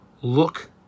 look